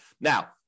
now